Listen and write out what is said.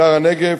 שער-הנגב,